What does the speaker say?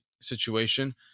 situation